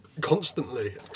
constantly